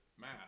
math